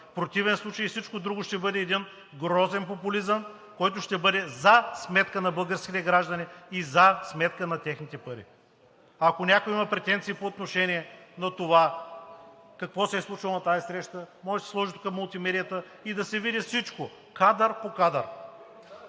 противен случай всичко друго ще бъде един грозен популизъм, който ще бъде за сметка на българските граждани и за сметка на техните пари. Ако някой има претенции по отношение на това какво се е случило на тази среща, може да сложи тук мултимедия и да се види всичко – кадър по кадър.